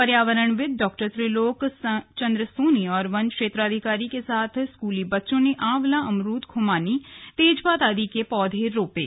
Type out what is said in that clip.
पर्यावरणविद डॉ त्रिलोक चंद्र सोनी और वन क्षेत्राधिकारी के साथ स्कूली बच्चों ने आंवला अमरूद खुमानी तेजपात आदि के कई पौधों का रोपण किया